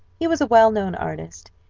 he was a well-known artist,